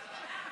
כלכלה.